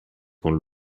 con